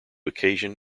occasion